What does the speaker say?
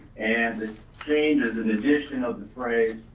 and change is an addition of the phrase,